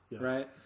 right